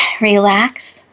Relax